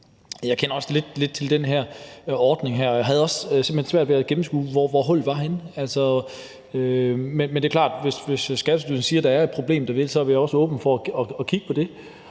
Jeg kender også lidt til den her ordning, og jeg havde simpelt hen også svært ved at gennemskue, hvor hullet i den er. Men det er klart, at hvis Skattestyrelsen siger, at der er et problem, er vi også åbne for at kigge på det.